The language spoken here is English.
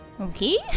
Okay